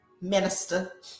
Minister